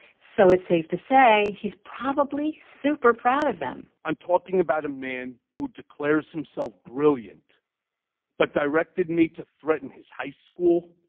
so it's safe to say he's probably super proud of them. i'm talking about a man who declares himself brilliant but directed me to threaten his high school,